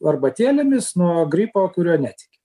arbatėlėmis nuo gripo kuriuo netiki